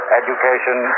education